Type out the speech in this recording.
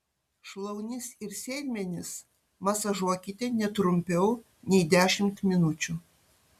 šlaunis ir sėdmenis masažuokite ne trumpiau nei dešimt minučių